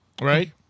right